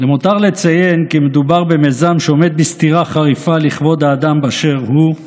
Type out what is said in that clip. למותר לציין כי מדובר במיזם שעומד בסתירה חריפה לכבוד האדם באשר הוא,